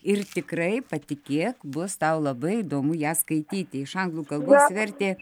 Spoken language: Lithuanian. ir tikrai patikėk bus tau labai įdomu ją skaityti iš anglų kalbos vertė